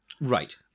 Right